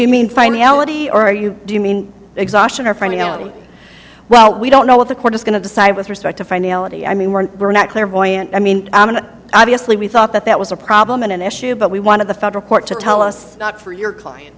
you mean finality or are you do you mean exhaustion or finding out well we don't know what the court is going to decide with respect to finality i mean we're we're not clairvoyant i mean obviously we thought that that was a problem and an issue but we wanted the federal court to tell us not for your client